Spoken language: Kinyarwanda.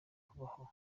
kubaho